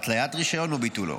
התליית רישיון או ביטולו,